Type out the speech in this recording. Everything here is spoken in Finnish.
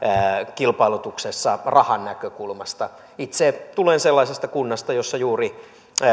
kilpailutuksessa pelkästään rahanäkökulmasta itse tulen sellaisesta kunnasta jossa juuri